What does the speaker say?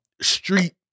street